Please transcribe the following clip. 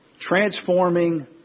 transforming